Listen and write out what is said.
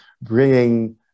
bringing